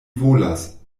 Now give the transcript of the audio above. volas